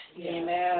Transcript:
Amen